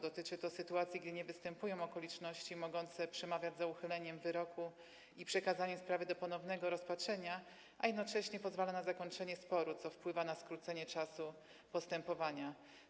Dotyczy to sytuacji, gdy nie występują okoliczności mogące przemawiać za uchyleniem wyroku i przekazaniem sprawy do ponownego rozpatrzenia, a jednocześnie pozwala na zakończenie sporu, co wpływa na skrócenie czasu postępowania.